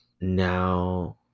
now